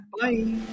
Bye